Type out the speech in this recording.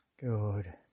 Good